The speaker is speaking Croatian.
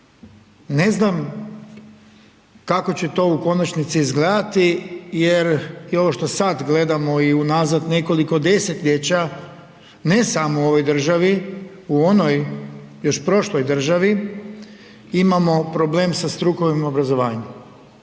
Ne znam kako će to u konačnici izgledati jer i ovo što sada gledamo i unazad nekoliko desetljeća, ne samo u ovoj državi u onoj još prošloj državi imamo problem sa strukovnim obrazovanjem.